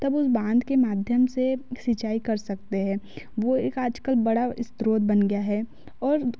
तब उस बांध के माध्यम से सिंचाई कर सकते हैं वो एक आजकल बड़ा स्त्रोत बन गया है और